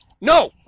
No